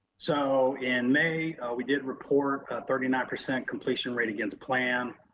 so in may we did report a thirty nine percent completion rate against plan.